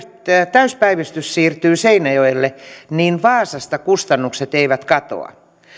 täyspäivystys siirtyy seinäjoelle niin vaasasta kustannukset eivät katoa